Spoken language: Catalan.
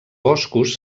boscos